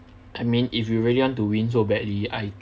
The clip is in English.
I mean if you really want to win so badly I